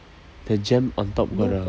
the jam on top got the